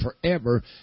forever